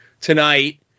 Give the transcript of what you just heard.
tonight